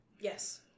Yes